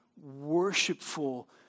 worshipful